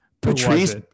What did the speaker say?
Patrice